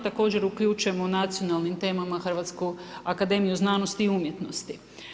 Također uključujemo o nacionalnim temama Hrvatsku akademiju znanosti i umjetnosti.